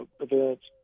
events